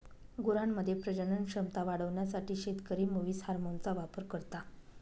गुरांमध्ये प्रजनन क्षमता वाढवण्यासाठी शेतकरी मुवीस हार्मोनचा वापर करता